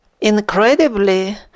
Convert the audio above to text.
incredibly